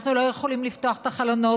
אנחנו לא יכולים לפתוח את החלונות,